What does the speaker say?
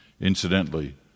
Incidentally